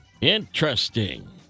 Interesting